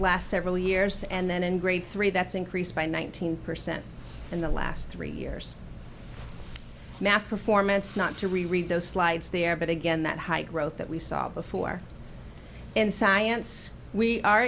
last several years and then in grade three that's increased by one thousand percent in the last three years math performance not to reread those slides there but again that high growth that we saw before in science we are